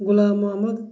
Ghulam Mohammad